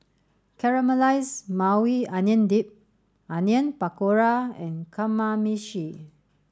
Caramelized Maui Onion Dip Onion Pakora and Kamameshi